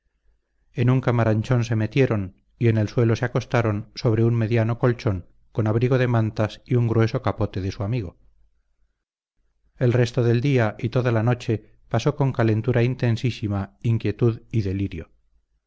en un camaranchón le metieron y en el suelo le acostaron sobre un mediano colchón con abrigo de mantas y un grueso capote de su amigo el resto del día y toda la noche pasó con calentura intensísima inquietud y delirio